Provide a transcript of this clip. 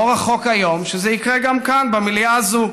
לא רחוק היום שזה יקרה גם כאן, במליאה הזאת.